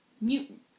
mutant